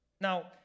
Now